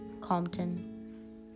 Compton